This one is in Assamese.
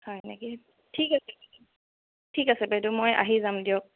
হয় নেকি ঠিক আছে ঠিক আছে বাইদেউ মই আহি যাম দিয়ক